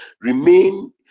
remain